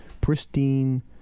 pristine